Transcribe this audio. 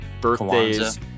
birthdays